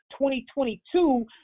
2022